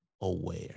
aware